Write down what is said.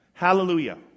Hallelujah